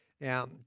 Now